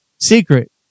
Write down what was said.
secret